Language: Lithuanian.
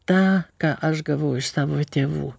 tą ką aš gavau iš savo tėvų